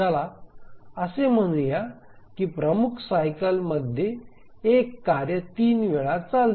चला असे म्हणूया की प्रमुख सायकल मध्ये एक कार्य 3 वेळा चालते